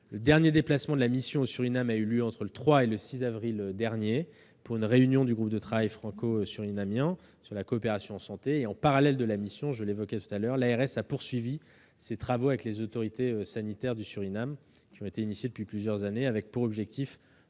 Le dernier déplacement de la mission au Suriname a eu lieu entre les 3 et 6 avril dernier, pour une réunion du groupe de travail franco-surinamien sur la coopération en matière de santé. En parallèle de la mission, l'ARS a poursuivi ses travaux avec les autorités sanitaires du Suriname. Engagés depuis plusieurs années, ils ont pour objectif